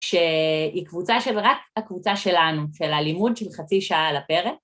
‫שהיא קבוצה של רק הקבוצה שלנו, ‫של הלימוד של חצי שעה על הפרק.